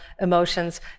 emotions